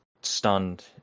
stunned